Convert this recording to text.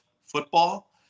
football